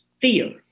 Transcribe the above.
fear